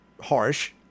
harsh